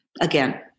again